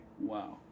Wow